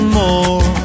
more